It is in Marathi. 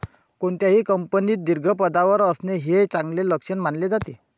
कोणत्याही कंपनीत दीर्घ पदावर असणे हे चांगले लक्षण मानले जाते